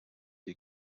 two